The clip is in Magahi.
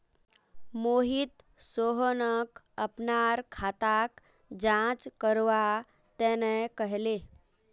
मोहित सोहनक अपनार खाताक जांच करवा तने कहले